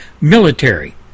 military